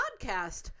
podcast